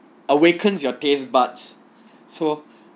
awakens your taste buds so